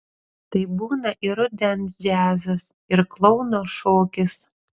tai būna ir rudens džiazas ir klouno šokis